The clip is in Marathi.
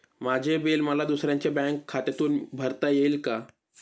माझे बिल मला दुसऱ्यांच्या बँक खात्यातून भरता येईल का?